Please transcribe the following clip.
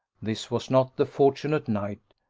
this was not the fortunate night,